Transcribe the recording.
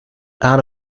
out